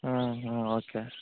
okay